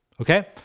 Okay